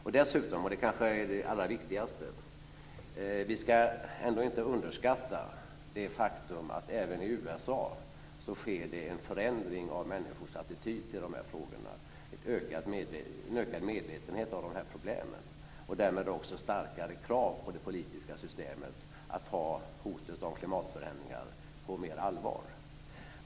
Det allra viktigaste kanske är att vi inte ska underskatta det faktum att det även i USA sker en förändring av människors attityd till de här frågorna, med en ökad medvetenhet om problemen och därmed också starkare krav på det politiska systemet att ta hotet om klimatförändringar mer på allvar.